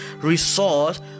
resource